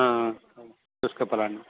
हा शुष्कफलानि